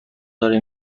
داره